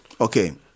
Okay